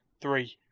three